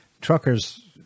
truckers